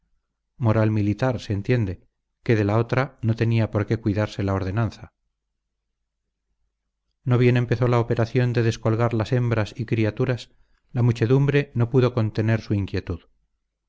moral militar se entiende que de la otra no tenía por qué cuidarse la ordenanza no bien empezó la operación de descolgar las hembras y criaturas la muchedumbre no pudo contener su inquietud